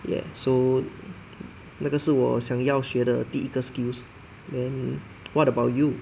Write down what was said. ya so 那个是我想要学的第一个 skill then what about you